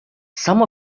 some